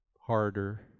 harder